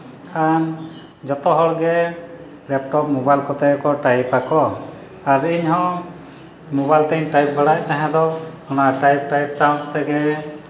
ᱟᱨ ᱡᱚᱛᱚ ᱦᱚᱲ ᱜᱮ ᱞᱮᱯᱴᱚᱯ ᱢᱳᱵᱟᱭᱤᱞ ᱠᱚᱛᱮ ᱜᱮ ᱴᱟᱭᱤᱯ ᱟᱠᱚ ᱟᱨ ᱤᱧ ᱦᱚᱸ ᱢᱳᱵᱟᱭᱤᱞ ᱛᱮᱧ ᱴᱟᱭᱤᱯ ᱵᱟᱲᱟᱭᱮᱫ ᱛᱟᱦᱮᱸ ᱫᱚ ᱚᱱᱟ ᱴᱟᱭᱤᱯ ᱴᱟᱭᱤᱯ ᱥᱟᱶ ᱛᱮᱜᱮ